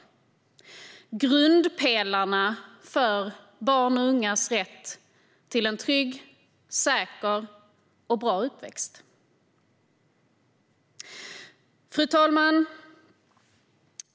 De är grundpelarna för barns och ungas rätt till en trygg, säker och bra uppväxt. Fru talman!